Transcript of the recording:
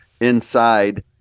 inside